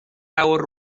awr